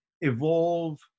evolve